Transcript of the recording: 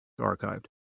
archived